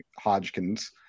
Hodgkins